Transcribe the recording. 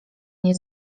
nie